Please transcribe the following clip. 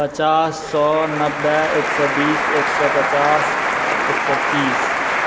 पचास सए नबे एक सए बीस एक सए पचास एक सए तीस